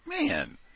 man